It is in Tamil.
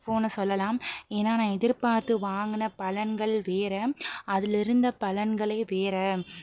ஃபோனை சொல்லலாம் ஏன்னால் நான் எதிர்பார்த்து வாங்கின பலன்கள் வேறு அதில் இருந்த பலன்களே வேறு